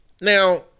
Now